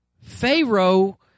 Pharaoh